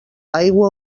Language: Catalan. aigua